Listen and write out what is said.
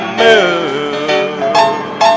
move